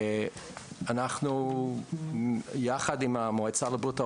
אנחנו יחד עם המועצה לבריאות העובד,